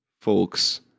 folks